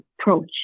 approach